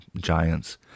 giants